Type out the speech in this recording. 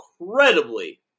incredibly